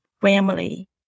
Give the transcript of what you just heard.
family